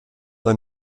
ein